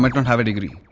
might not have a degree.